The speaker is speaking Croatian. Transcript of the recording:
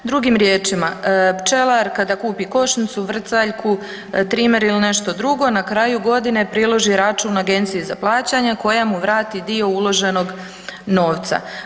Drugim riječima pčelar kada kupi košnicu, vrcaljku, trimer ili nešto drugo na kraju godine priloži račun Agenciji za plaćanje koja mu vrati dio uloženog novca.